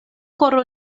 koro